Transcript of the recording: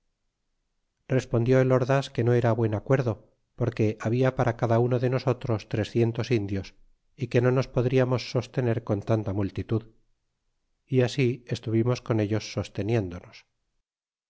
respondió el ordes que no era buen acuerdo porque habla para cada uno de nosotros trecientos indios y que no nos podríamos sostener con tanta multitud y así estuvimos con ellos sosteniéndonos